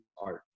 art